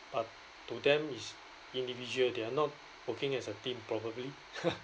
but to them is individual they are not working as a team probably